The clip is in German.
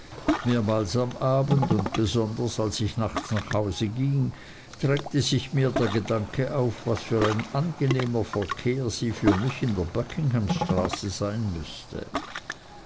mehrmals am abend und besonders als ich nachts nach hause ging drängte sich mir der gedanke auf was für ein angenehmer verkehr sie für mich in der buckinghamstraße sein müßte